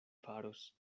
faros